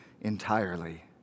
entirely